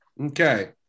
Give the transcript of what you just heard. Okay